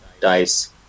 Dice